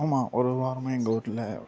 ஆமாம் ஒரு வாரமாக எங்கள் ஊரில்